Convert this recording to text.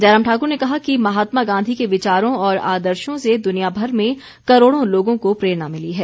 जयराम ठाकुर ने कहा कि महात्मा गांधी के विचारों और आदर्शों से दुनियाभर में करोड़ों लोगों को प्रेरणा मिली है